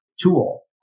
tool